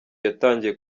yatangiye